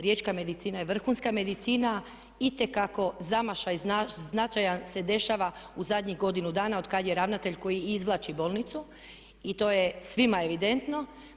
Riječka medicina je vrhunska medicina, itekako zamašaj značajan se dešava u zadnjih godinu dana otkada je ravnatelj koji izvlači bolnicu i to je svima evidentno.